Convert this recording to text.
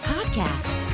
Podcast